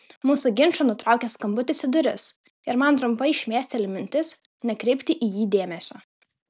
mūsų ginčą nutraukia skambutis į duris ir man trumpai šmėsteli mintis nekreipti į jį dėmesio